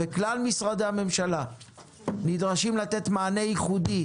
כלל משרדי הממשלה נדרשים לתת מענה ייחודי,